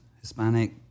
Hispanic